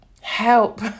help